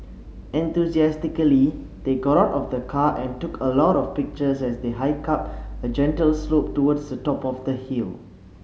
enthusiastically they got out of the car and took a lot of pictures as they hiked up a gentle slope towards the top of the hill